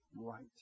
Right